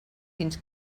fins